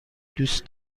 دوست